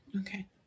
Okay